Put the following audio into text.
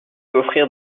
offrir